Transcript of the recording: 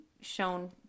shown